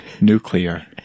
Nuclear